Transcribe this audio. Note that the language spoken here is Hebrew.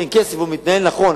כי אין כסף והוא מתנהל נכון,